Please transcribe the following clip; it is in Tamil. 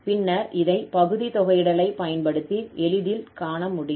பின்னர் இதை பகுதி தொகையிடலை பயன்படுத்தி எளிதில் காண முடியும்